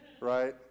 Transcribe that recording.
Right